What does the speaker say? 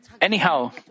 anyhow